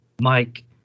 Mike